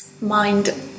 mind